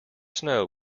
snow